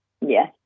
Yes